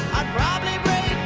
probably break